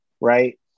right